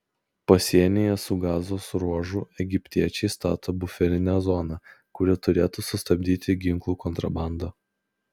pasienyje su gazos ruožu egiptiečiai stato buferinę zoną kuri turėtų sustabdyti ginklų kontrabandą